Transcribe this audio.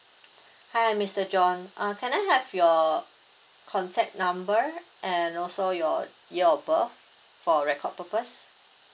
hi mister john uh can I have your contact number and also your year of birth for record purpose